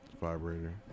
Vibrator